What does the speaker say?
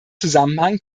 zusammenhang